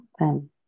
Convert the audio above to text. open